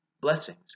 blessings